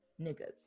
niggas